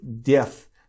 death